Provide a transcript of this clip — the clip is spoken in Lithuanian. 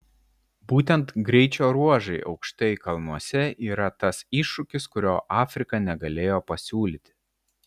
būtent greičio ruožai aukštai kalnuose yra tas iššūkis kurio afrika negalėjo pasiūlyti